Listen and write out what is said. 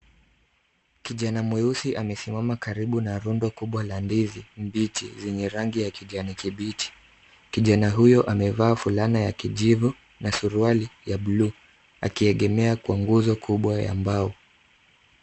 Kijana mweusi amesimama karibu na rundo kubwa la ndizi mbichi zenye rangi ya kijani kibichi. Kijana huyo amevaa fulana ya kijivu na suruali ya bluu akiegemea kwa nguzo kubwa ya mbao.